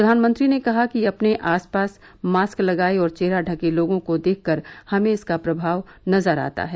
प्रवानमंत्री ने कहा कि अपने आस पास मास्क लगाये और चेहरा ढके लोगों को देखकर हमें इसका प्रभाव नजर आता है